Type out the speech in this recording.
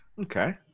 Okay